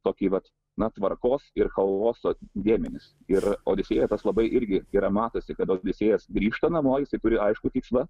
tokį vat na tvarkos ir chaoso dėmenis ir odisėjas tas labai irgi yra matosi kad odisėjas grįžta namo jisai turi aiškų tikslą